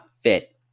fit